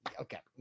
Okay